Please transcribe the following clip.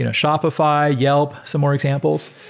you know shopify, yelp, some more examples.